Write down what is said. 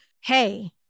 Hey